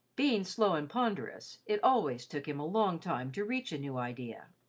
being slow and ponderous, it always took him a long time to reach a new idea.